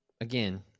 again